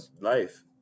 life